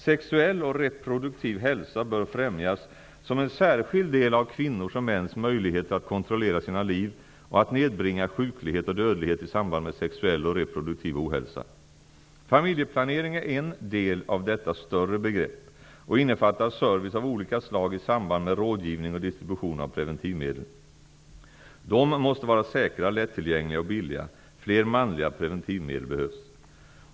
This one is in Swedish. Sexuell och reproduktiv hälsa bör främjas som en särskild del av kvinnors och mäns möjligheter att kontrollera sina liv och att nedbringa sjuklighet och dödlighet i samband med sexuell och reproduktiv ohälsa. Familjeplanering är en del av detta större begrepp och innefattar service av olika slag i samband med rådgivning och distribution av preventivmedel. De måste vara säkra, lättillgängliga och billiga. Fler manliga preventivmedel behövs.